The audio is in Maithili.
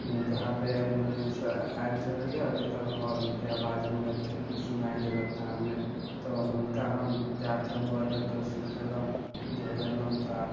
जहाँ पे ऐम्ब्युलन्स आयल छलै हँ जेकर हॉर्न के आवाज हमरा सुनाइ देलक कान मे तऽ हुनका हम जाके बड कोशिश केलहुॅं घर एलहुॅं तऽ